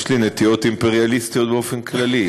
יש לי נטיות אימפריאליסטיות באופן כללי,